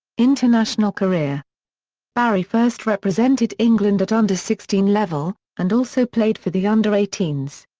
international career barry first represented england at under sixteen level, and also played for the under eighteen s.